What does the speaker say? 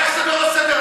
איך זה בראש סדר-היום?